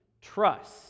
trust